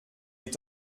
est